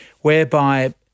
whereby